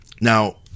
Now